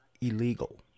illegal